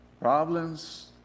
Problems